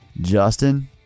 Justin